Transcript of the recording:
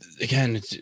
again